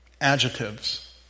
Adjectives